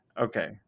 Okay